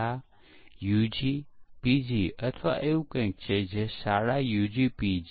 અને પછી હું બીજી કિંમતો ઇનપુટ માં આપીશ